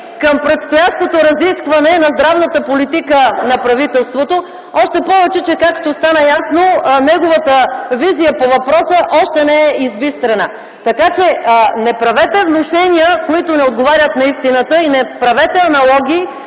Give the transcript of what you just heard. към предстоящото разискване на здравната политика на правителството, още повече, както стана ясно, неговата визия по въпроса още не е избистрена. Не правете внушения, които не отговарят на истината. Не правете аналогии